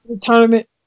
tournament